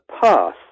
pass